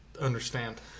Understand